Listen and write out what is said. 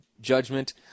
judgment